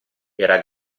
era